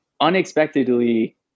unexpectedly